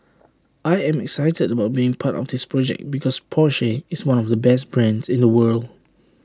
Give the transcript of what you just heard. I am excited about being part of this project because Porsche is one of the best brands in the world